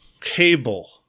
Cable